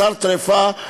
בשר טרפה,